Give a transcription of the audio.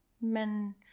men